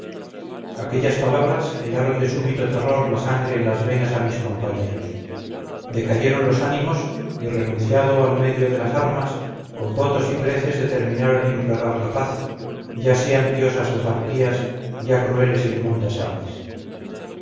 aquellas palabras helaron de súbito terror la sangre en las venas a mis compañeros decayeron los ánimos y renunciado al medio de las armas con votos y preces determinan implorar la paz ya sean diosas las arpías ya crueles e inmundas aves